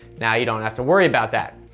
now you don't have to worry about that.